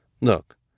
Look